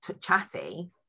chatty